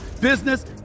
business